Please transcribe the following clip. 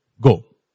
go